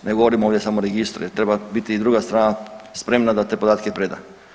Ne govorim ovdje samo o registru jer treba biti i druga strana spremna da te podatke preda.